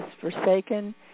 forsaken